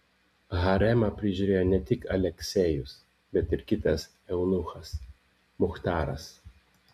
haremą prižiūrėjo ne tik aleksejus bet ir kitas eunuchas muchtaras